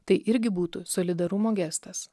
tai irgi būtų solidarumo gestas